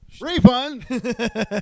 Refund